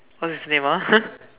what's his name ah